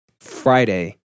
friday